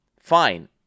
fine